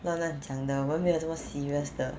乱乱讲的我没有这么 serious 的